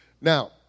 Now